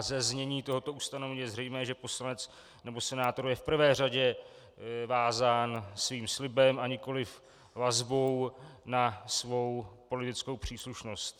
Ze znění tohoto ustanovení je zřejmé, že poslanec nebo senátor je v prvé řadě vázán svým slibem, a nikoliv vazbou na svou politickou příslušnost.